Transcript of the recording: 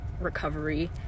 recovery